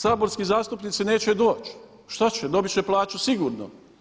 Saborski zastupnici neće doći, šta će, dobit će plaću sigurno.